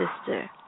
sister